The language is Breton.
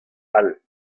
all